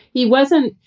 he wasn't.